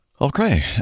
Okay